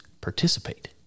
participate